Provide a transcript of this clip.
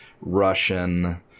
Russian